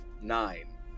Nine